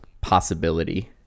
possibility